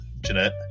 Jeanette